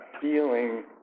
feeling